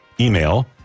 email